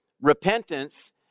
repentance